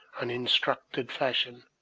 uninstructed fashion,